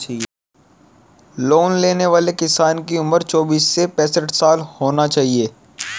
loan लेने वाले किसान की उम्र चौबीस से पैंसठ साल होना चाहिए